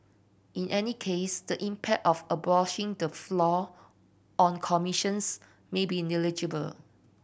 in any case the impact of abolishing the floor on commissions may be negligible